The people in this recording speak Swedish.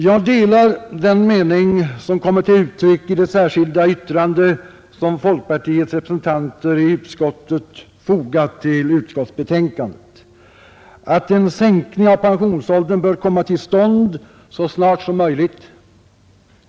Jag delar den mening som kommer till uttryck i det särskilda yttrande, som folkpartiets representanter i utskottet har fogat till utskottets betänkande, att en sänkning av pensionsåldern bör komma till stånd så snart som möjligt.